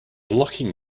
locking